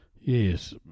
yes